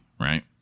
right